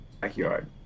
Backyard